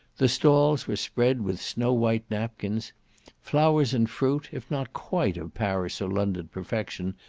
the stalls were spread with snow-white napkins flowers and fruit, if not quite of paris or london perfection,